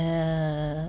uh